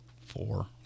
four